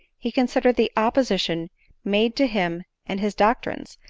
he considered the opposition made to him and his doctrines,